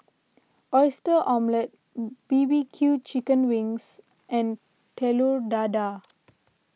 Oyster Omelette B B Q Chicken Wings and Telur Dadah